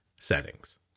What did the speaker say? settings